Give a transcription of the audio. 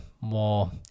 more